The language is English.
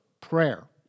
prayer